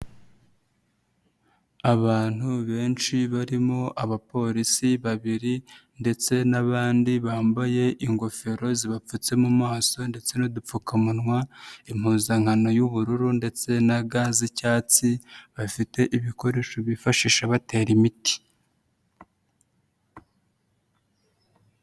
Abantu benshi barimo abapolisi babiri, ndetse n'abandi bambaye ingofero zibapfutse mu maso ndetse n'udupfukamunwa, impuzankano y'ubururu ndetse na ga z'icyatsi, bafite ibikoresho bifashisha batera imiti.